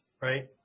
right